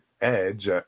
Edge